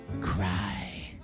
Cry